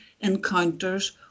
encounters